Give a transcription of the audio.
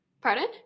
Pardon